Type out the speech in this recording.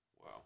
Wow